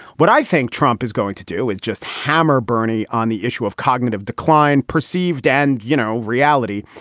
what i think trump is going to do is just hammer bernie on the issue of cognitive decline perceived and, you know, reality.